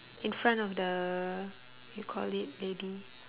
in front of the you call it lady